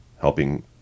helping